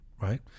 right